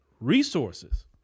resources